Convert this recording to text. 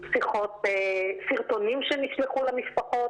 סרטונים שנשלחו למשפחות,